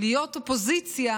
להיות אופוזיציה